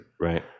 Right